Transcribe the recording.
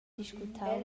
discutau